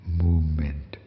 movement